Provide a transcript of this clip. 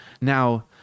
Now